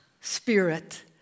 spirit